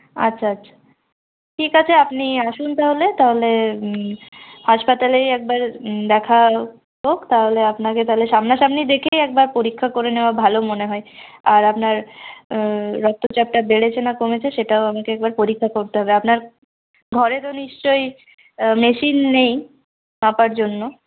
আচ্ছা আচ্ছা ঠিক আছে আপনি আসুন তাহলে তাহলে হাসপাতালেই একবার দেখা হোক তাহলে আপনাকে তাহলে সামনাসামনি দেখেই একবার পরীক্ষা করে নেওয়া ভালো মনে হয় আর আপনার রক্তচাপটা বেড়েছে না কমেছে সেটাও আমাকে একবার পরীক্ষা করতে হবে আপনার ঘরে তো নিশ্চয়ই মেশিন নেই মাপার জন্য